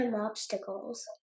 obstacles